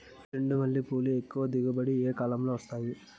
చెండుమల్లి పూలు ఎక్కువగా దిగుబడి ఏ కాలంలో వస్తాయి